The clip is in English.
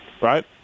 right